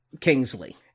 Kingsley